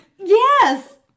Yes